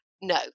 No